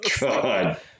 God